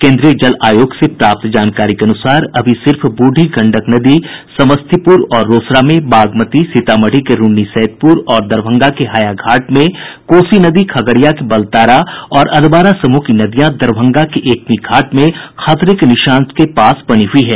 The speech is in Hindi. केन्द्रीय जल आयोग से प्राप्त जानकारी के अनुसार अभी सिर्फ बूढ़ी गंडक नदी समस्तीपुर और रोसड़ा में बागमती सीतामढ़ी के रून्नीसैदपुर और दरभंगा के हायाघाट में कोसी नदी खगड़िया के बालतारा और अधवारा समूह की नदियां दरभंगा के एकमी घाट में खतरे के निशान के पास बनी हुई हैं